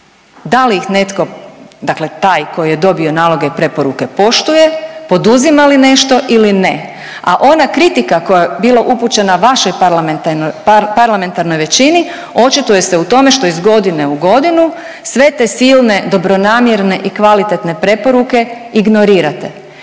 da li ih netko dakle taj koji je dobio naloge i preporuke poštuje, poduzima li nešto ili ne. A ona kritika koja je bila upućena vašoj parlamentarnoj većini očituje se u tome što iz godine u godinu sve te silne dobronamjerne i kvalitetne preporuke ignorirate,